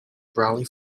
brolly